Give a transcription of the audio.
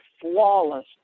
flawless